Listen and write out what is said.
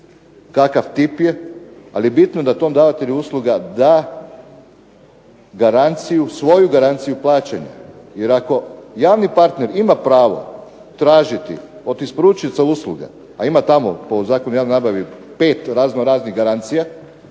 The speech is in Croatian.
kakav tip je, ali bitno da tom davatelju usluga da svoju garanciju plaćanja. Jer ako javni partner ima pravo tražiti od isporučioca usluge, a ima tamo po Zakonu o javnoj nabavi pet raznoraznih garancija,